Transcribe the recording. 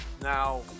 Now